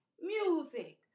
music